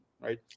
right